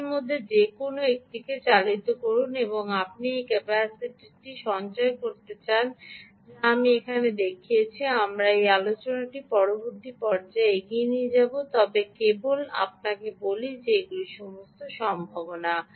তাদের মধ্যে যে কোনও একটিকে চালিত করুন এবং আপনি এখানে এই ক্যাপাসিটরটি সঞ্চয় করতে চান যা আমি এখানে দেখিয়েছি আমরা এই আলোচনাটি পরবর্তী পর্যায়ে এগিয়ে নিয়ে যাব তবে কেবল আপনাকে বলি যে এগুলি সমস্ত সম্ভাবনা